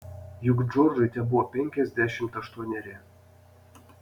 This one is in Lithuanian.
juk džordžui tebuvo penkiasdešimt aštuoneri